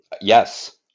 Yes